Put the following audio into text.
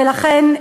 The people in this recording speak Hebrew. ולכן,